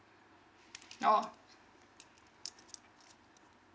oh